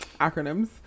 acronyms